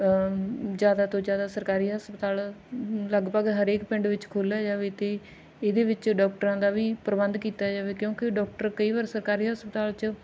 ਜ਼ਿਆਦਾ ਤੋਂ ਜ਼ਿਆਦਾ ਸਰਕਾਰੀ ਹਸਪਤਾਲ ਲਗਭਗ ਹਰੇਕ ਪਿੰਡ ਵਿੱਚ ਖੋਲ੍ਹਿਆ ਜਾਵੇ ਅਤੇ ਇਹਦੇ ਵਿੱਚ ਡਾਕਟਰਾਂ ਦਾ ਵੀ ਪ੍ਰਬੰਧ ਕੀਤਾ ਜਾਵੇ ਕਿਉਂਕਿ ਡਾਕਟਰ ਕਈ ਵਾਰ ਸਰਕਾਰੀ ਹਸਪਤਾਲ 'ਚ